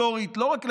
לא רק לחברון,